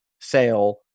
sale